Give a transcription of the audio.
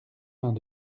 vingt